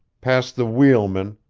passed the wheelman,